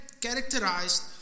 characterized